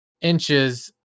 inches